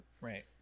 right